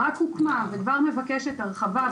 רק הוקמה וכבר מבקשת הרחבה,